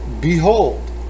Behold